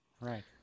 Right